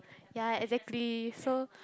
ya exactly so